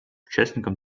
участником